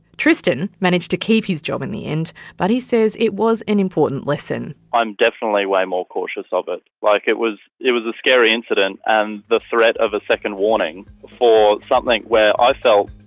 tristan managed to keep his job in the end, but he says it was an important lesson. i'm definitely way more cautious of it. like it was it was a scary incident, and um the threat of a second warning for something where i felt,